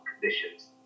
conditions